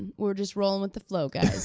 we're just rolling with the flow, guys.